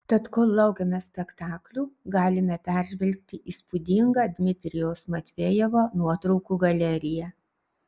tad kol laukiame spektaklių galime peržvelgti įspūdingą dmitrijaus matvejevo nuotraukų galeriją